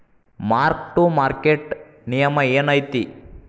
mark to market ನಿಯಮ ಏನೈತಿ